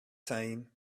time